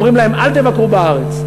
ואומרים להם: אל תבקרו בארץ.